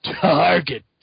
Target